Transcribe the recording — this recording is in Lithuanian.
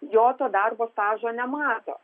jo to darbo stažo nemato